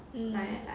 mm